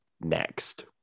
next